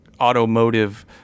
automotive—